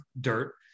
dirt